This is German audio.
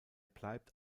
bleibt